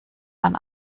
man